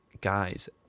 guys